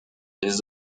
des